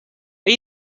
are